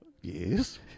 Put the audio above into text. Yes